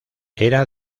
era